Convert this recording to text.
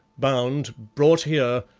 bound, brought here,